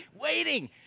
waiting